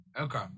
Okay